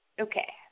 okay